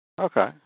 Okay